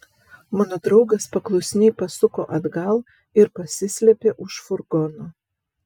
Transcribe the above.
mano draugas paklusniai pasuko atgal ir pasislėpė už furgono